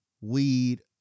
weed